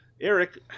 Eric